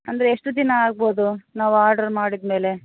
ಅಂದರೆ ಎಷ್ಟು ದಿನ ಆಗಬಹುದು ನಾವು ಆರ್ಡ್ರ್ ಮಾಡಿದ ಮೇಲೆ